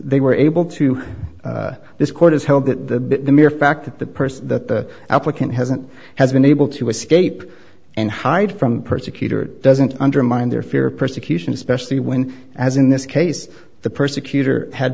they were able to this court has held that the mere fact that the person that the applicant hasn't has been able to escape and hide from persecutor doesn't undermine their fear of persecution especially when as in this case the persecutor had